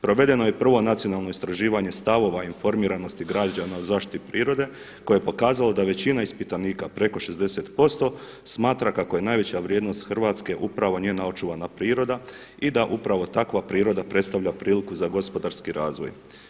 Provedeno je i prvo nacionalno istraživanje stavova informiranosti građana o zaštiti prirode koje je pokazalo da većina ispitanika preko 60% smatra kako je najveća vrijednost Hrvatske upravo njena očuvana priroda i da upravo takva priroda predstavlja priliku za gospodarski razvoj.